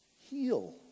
Heal